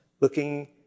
looking